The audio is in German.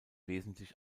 wesentlich